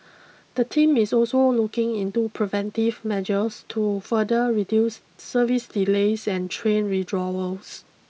the team is also looking into preventive measures to further reduce service delays and train withdrawals